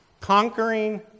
conquering